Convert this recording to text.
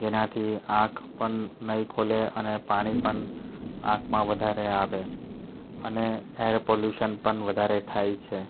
જેનાથી આંખ પણ નહીં ખુલે અને પાણી પણ આંખમાં વધારે આવે અને એર પોલ્યુશન પણ વધારે થાય છે